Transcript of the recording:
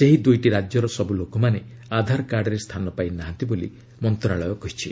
ସେହି ଦୁଇ ରାଜ୍ୟର ସବ୍ ଲୋକମାନେ ଆଧାର କାର୍ଡରେ ସ୍ଥାନ ପାଇନାହାନ୍ତି ବୋଲି ମନ୍ତ୍ରଣାଳୟ କହିଛି